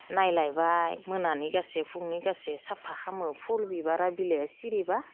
नायलायबाय मोनानि गासे फुंनि गासे साफा खालामो फुल बिबारा बिलाइआ सिरिब्ला